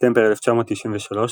בספטמבר 1993,